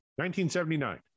1979